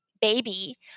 baby